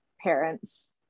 parents